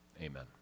Amen